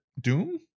doom